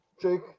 Jake